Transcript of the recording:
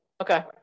Okay